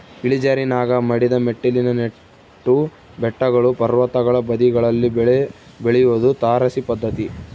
ಇಳಿಜಾರಿನಾಗ ಮಡಿದ ಮೆಟ್ಟಿಲಿನ ನೆಟ್ಟು ಬೆಟ್ಟಗಳು ಪರ್ವತಗಳ ಬದಿಗಳಲ್ಲಿ ಬೆಳೆ ಬೆಳಿಯೋದು ತಾರಸಿ ಪದ್ಧತಿ